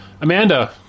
Amanda